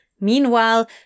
Meanwhile